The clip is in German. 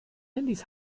handys